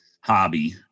hobby